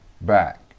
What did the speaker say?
back